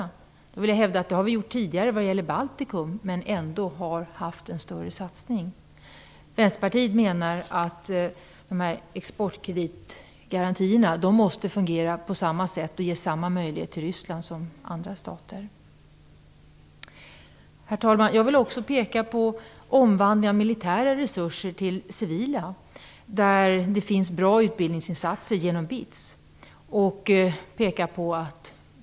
Men jag vill då hävda att vi tidigare har gjort det när det gällt Baltikum och dessutom haft en större satsning. Vi i Vänsterpartiet menar att exportkreditgarantierna måste fungera på samma sätt och att de måste ge Ryssland samma möjligheter som andra stater. Herr talman! Jag vill också peka på omvandlingen av militära resurser till civila. Det finns bra utbildningsinsatser genom BITS.